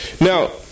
Now